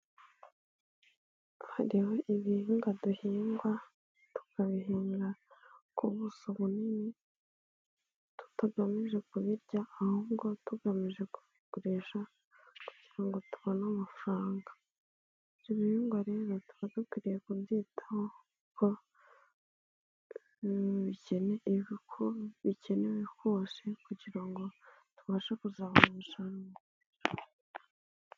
Hariho ibihingwa duhinga, tukabihinga ku buso bunini, tutagamije kubirya ahubwo tugamije kubigurisha kugira ngo tubone amafaranga, ibyo bihingwa rero tuba dukwiriye kubyitaho, uko bikenewe kose kugira ngo tubashe kuzamura umusaruro.